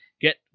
get